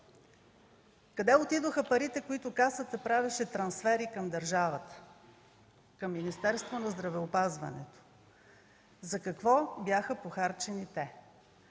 Къде отидоха парите, с които Касата правеше трансфери към държавата, към Министерството на здравеопазването? За какво бяха похарчени те?